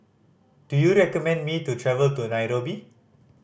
do you recommend me to travel to Nairobi